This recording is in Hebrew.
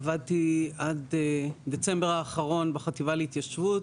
עבדתי עד דצמבר האחרון בחטיבה להתיישבות.